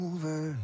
Over